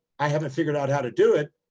i haven't figured out how to do it.